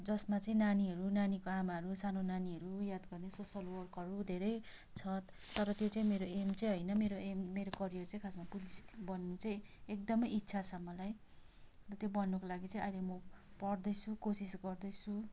जसमा चाहिँ नानीहरू नानीको आमाहरू सानो नानीहरू याद गर्ने सोसियल वर्कहरू धेरै छ तर त्यो चाहिँ मेरो एम चाहिँ होइन मेरो एम मेरो करियर चाहिँ खासमा पुलिस बन्नु चाहिँ एकदम इच्छा छ मलाई र त्यो बन्नुको लागि चाहिँ अहिले म पढ्दै छु कोसिस गर्दैछु